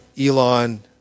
Elon